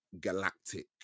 galactic